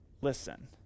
listen